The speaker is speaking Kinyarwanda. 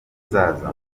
zaza